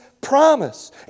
promise